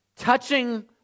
Touching